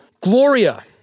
Gloria